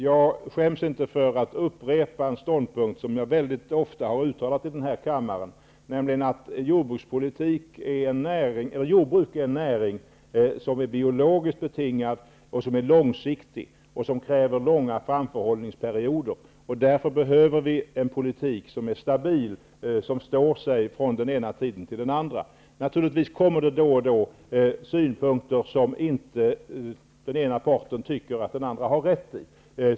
Jag skäms inte för att upprepa en ståndpunkt som jag väldigt ofta har uttalat i denna kammare, nämligen att jordbruk är en näring som är biologiskt betingad, som är långsiktig och som kräver ordentlig framförhållning. Därför behöver vi en politik som är stabil och som står sig från den ena tiden till den andra. Naturligtvis kommer det då och då synpunkter som den ena parten inte tycker att den andra parten har rätt i.